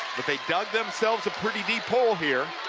but they dug themselves a pretty deep hole here.